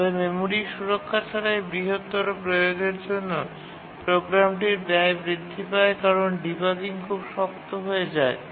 তবে মেমরির সুরক্ষা ছাড়াই বৃহত্তর প্রয়োগের জন্য প্রোগ্রামটির ব্যয় বৃদ্ধি পায় কারণ ডিবাগিং খুব শক্ত হয়ে যায়